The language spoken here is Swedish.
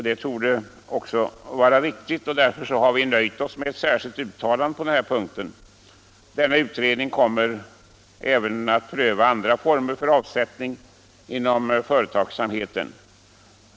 Det är väl riktigt, och därför har vi nöjt oss med ett särskilt yttrande på den punkten.